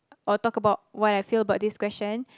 or talk abut what I feel about this question